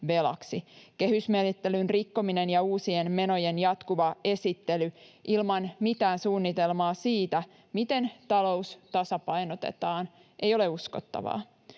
Kehysmenettelyn rikkominen ja uusien menojen jatkuva esittely ilman mitään suunnitelmaa siitä, miten talous tasapainotetaan, ei ole uskottavaa.